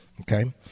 okay